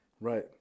Right